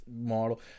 model